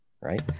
right